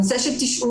הנושא של תשאול